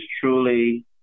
truly